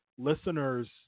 listeners